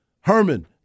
Herman